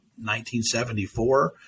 1974